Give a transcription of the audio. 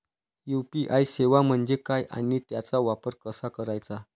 UPI सेवा म्हणजे काय आणि त्याचा वापर कसा करायचा?